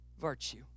Virtue